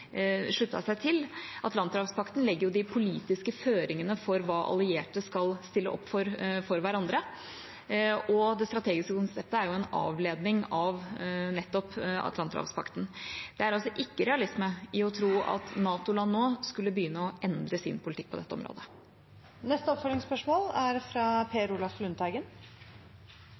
seg til. Atlanterhavspakten legger de politiske føringene for hva allierte skal stille opp med for hverandre, og det strategiske konseptet er jo en avledning av nettopp Atlanterhavspakten. Det er altså ikke realisme i å tro at NATO-land nå skulle begynne å endre sin politikk på dette området. Per Olaf Lundteigen – til oppfølgingsspørsmål.